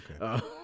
Okay